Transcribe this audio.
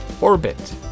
orbit